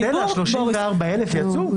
סטלה, 34,000 יצאו?